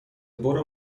برو